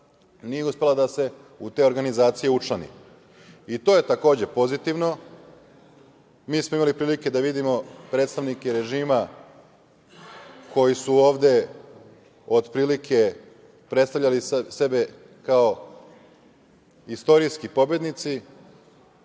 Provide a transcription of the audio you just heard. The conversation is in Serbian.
nije uspela da se u te organizacije učlani, i to je takođe pozitivno. Imali smo prilike da vidimo predstavnike režima koji su ovde otprilike predstavljali sebe kao istorijske pobednike